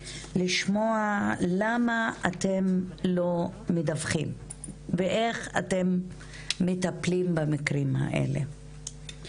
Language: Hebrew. לשמוע למה אתם לא מדווחים ואיך אתם מטפלים במקרים האלה.